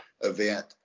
event